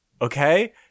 okay